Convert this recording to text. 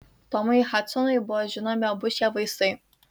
tomui hadsonui buvo žinomi abu šie vaistai